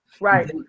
Right